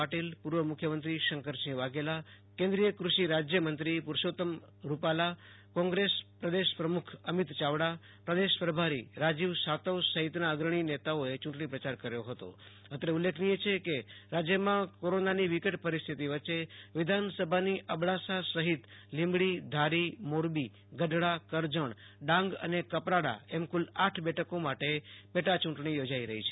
પાટિલ પૂર્વ મુખ્યમંત્રી શંકરસિંહ વાઘેલા કેન્દ્રીય કૃષિ રાજ્યમંત્રી પુરસૌત્તમ રૂપાલા કોંગ્રસ પ્રદેશ પ્રમુખ અમિત ચાવડા પ્રદેશ પ્રભારી રાજીવ સાતવ સહિતના અગ્રણી નેતાઓએ ચૂંટણી પ્રચાર કર્યો હતો અત્રે ઉલ્લેખનીય છે કે રાજ્યમાં કોરોનાની વિકટ પરિસ્થિતિ વચ્ચે વિધાનસભાની અબડાસા સહિત લીબડીધારીમોરબીગઢડાકરજણ ડાંગ અને કપરાડા એમ કુલ આઠ બેઠકો માટે પેટાયૂં ટણી યોજાઇ રહી છે